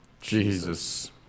Jesus